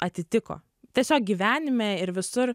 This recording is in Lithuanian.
atitiko tiesiog gyvenime ir visur